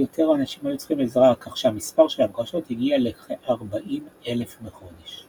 יותר אנשים היו צריכים עזרה כך שהמספר של הבקשות הגיע לכ-40,000 בחודש.